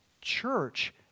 Church